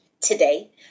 today